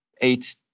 eight